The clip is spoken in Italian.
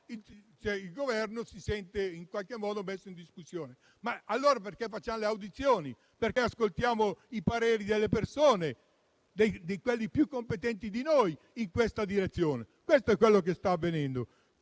il Governo si sente in qualche modo messo in discussione. Ma allora perché facciamo le audizioni? Perché ascoltiamo i pareri delle persone più competenti di noi? Questo è quello che sta avvenendo